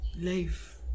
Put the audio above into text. life